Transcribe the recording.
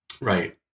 Right